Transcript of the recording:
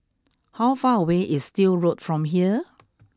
how far away is Still Road from here